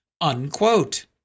unquote